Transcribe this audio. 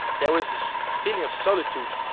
there was this feeling of solitude,